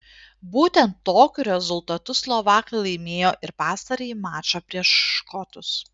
būtent tokiu rezultatu slovakai laimėjo ir pastarąjį mačą prieš škotus